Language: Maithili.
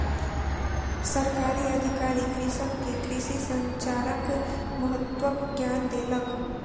सरकारी अधिकारी कृषक के कृषि संचारक महत्वक ज्ञान देलक